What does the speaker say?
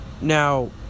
now